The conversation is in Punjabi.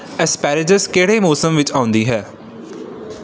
ਅਸਪੈਰੈਜਸ ਕਿਹੜੇ ਮੌਸਮ ਵਿੱਚ ਆਉਂਦੀ ਹੈ